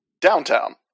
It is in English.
downtown